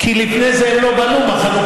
כי לפני זה הם לא בנו בחלוקה.